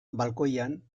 balkoian